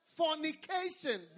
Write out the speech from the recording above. fornication